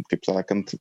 kaip sakant